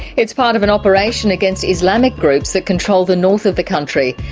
it's part of an operation against islamic groups that control the north of the country.